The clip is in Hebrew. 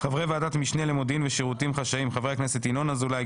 חברי ועדת משנה למודיעין ושירותים חשאיים: חברי הכנסת ינון אזולאי,